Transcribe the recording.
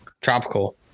Tropical